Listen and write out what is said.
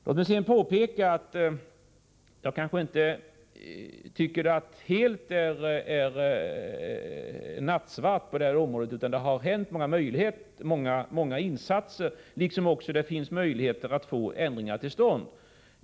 Låt mig påpeka att jag inte tycker att det är helt nattsvart på detta område, utan det har gjorts många insatser, och det finns möjligheter att få ändringar till stånd.